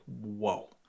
whoa